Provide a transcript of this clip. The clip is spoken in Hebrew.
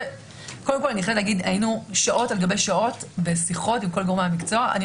כולנו מבינים מה